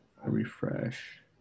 Refresh